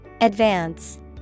Advance